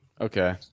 okay